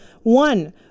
One